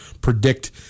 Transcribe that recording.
predict